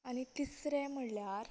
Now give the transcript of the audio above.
आनी तिसरे म्हळ्यार